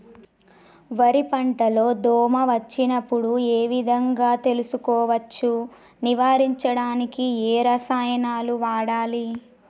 వరి పంట లో దోమ వచ్చినప్పుడు ఏ విధంగా తెలుసుకోవచ్చు? నివారించడానికి ఏ రసాయనాలు వాడాలి?